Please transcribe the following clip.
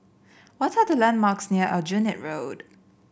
what are the landmarks near Aljunied Road